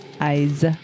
Eyes